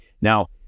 Now